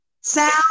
sound